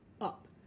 up